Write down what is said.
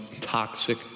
toxic